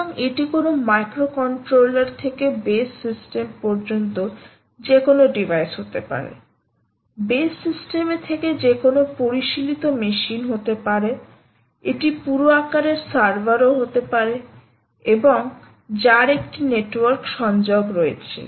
সুতরাং এটি কোনও মাইক্রোকন্ট্রোলার থেকে বেস সিস্টেম পর্যন্ত যেকোনও ডিভাইস হতে পারে বেস সিস্টেমে থেকে যেকোনও পরিশীলিত মেশিন হতে পারে এটি পুরো আকারের সার্ভার ও হতে পারে এবং যার একটি নেটওয়ার্ক সংযোগ রয়েছে